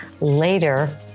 later